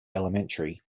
elementary